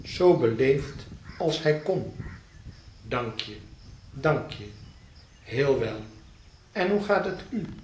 zoo beleefd als hij kon dank je dank je heel wel en hoe gaat het u